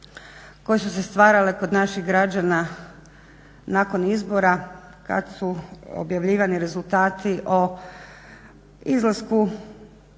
koje su se stvarale kod naših građana nakon izbora kad su objavljivani rezultati o izlasku,